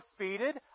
undefeated